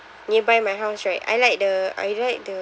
nearby my house right I like the I like the